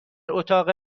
اتاق